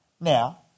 now